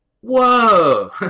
whoa